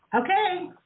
Okay